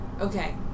Okay